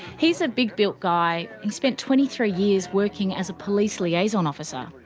he's a big-built guy who spent twenty three years working as a police liaison officer.